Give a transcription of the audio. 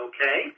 Okay